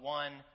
one